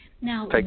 Now